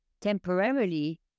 temporarily